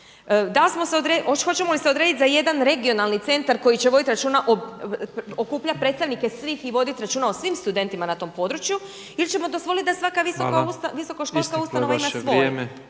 njihovih studenata. Hoćemo li se odrediti za jedan regionalni centar koji će voditi računa, okupljati predstavnike svih i voditi računa o svim studentima na tom području ili ćemo dozvoliti da svaka visokoškolska ustanova ima svoj.